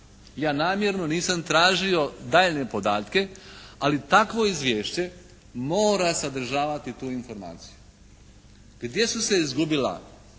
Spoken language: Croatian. Ja namjerno nisam tražio daljnje podatke ali takvo izvješće mora sadržavati tu informaciju. Gdje su se izgubila